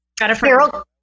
carol